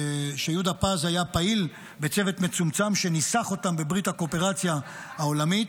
שיהודה פז היה פעיל בצוות מצומצם שניסח אותם בברית הקואופרציה העולמית.